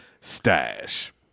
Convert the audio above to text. stash